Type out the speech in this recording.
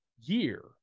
year